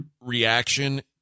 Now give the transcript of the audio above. reaction